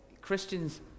Christians